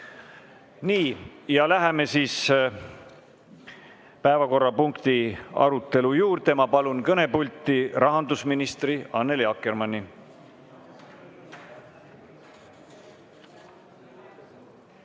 Nii, läheme päevakorrapunkti arutelu juurde. Ma palun kõnepulti rahandusminister Annely Akkermanni.